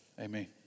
Amen